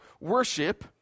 worship